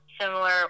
similar